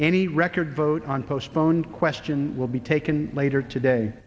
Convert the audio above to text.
any record vote on postponed question will be taken later today